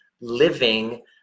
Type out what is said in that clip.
living